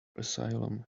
asylum